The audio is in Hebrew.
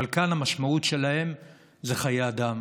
אבל כאן המשמעות שלהם זה חיי אדם.